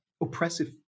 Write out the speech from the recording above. oppressive